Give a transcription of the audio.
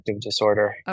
disorder